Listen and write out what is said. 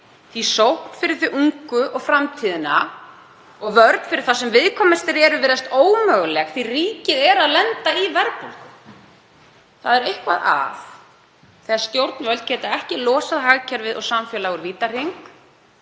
að sókn fyrir þau ungu og framtíðina og vörn fyrir þá sem viðkvæmastir eru virðist ómöguleg því að ríkið er að lenda í verðbólgu. Það er eitthvað að þegar stjórnvöld geta ekki losað hagkerfið og samfélagið úr vítahring.